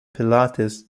pilates